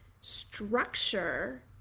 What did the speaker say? structure